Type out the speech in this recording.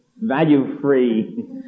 value-free